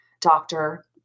doctor